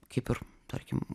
kaip ir tarkim